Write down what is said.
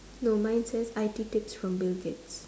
no mine says I_T tapes from bill-gates